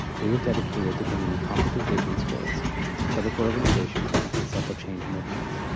we're dedicated to bring in concrete engagement skills to political organizations and social change movements.